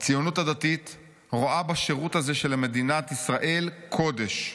"הציונות הדתית רואה בשירות הזה של מדינת ישראל קודש.